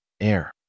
air